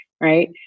right